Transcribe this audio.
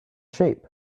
shape